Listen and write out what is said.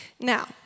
Now